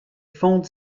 fonde